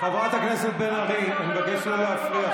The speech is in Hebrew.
חברת הכנסת בן ארי, אני מבקש לא להפריע.